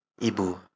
Ibu